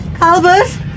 Albert